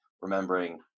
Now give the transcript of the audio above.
remembering